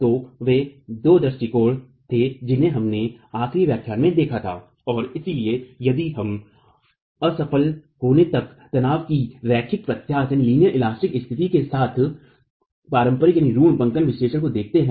तो वे दो दृष्टिकोण थे जिन्हें हमने आखिरी व्याख्यान में देखा था और इसिलए यदि हम असफल होने तक तनाव कि रैखिक प्रत्यास्थ स्थित के साथ पारंपरिकरूढ़ बंकन विश्लेषण को देखते है